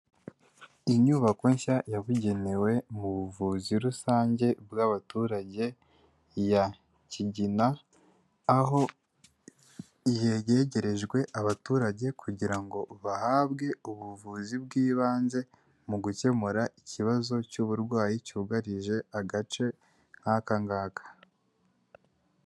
Inyubako nshya yabugenewe mu buvuzi rusange bw'abaturage ya Kigina, aho yegegerejwe abaturage kugira ngo bahabwe ubuvuzi bw'ibanze, mu gukemura ikibazo cy'uburwayi cyugarije agace nk'aka ngaka.